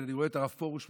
ואני רואה מולי את הרב פרוש,